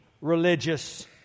religious